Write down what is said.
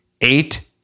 Eight